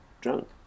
drunk